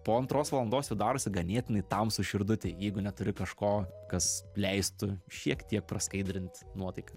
po antros valandos jau darosi ganėtinai tamsu širdutėj jeigu neturi kažko kas leistų šiek tiek praskaidrint nuotaiką